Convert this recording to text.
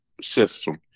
system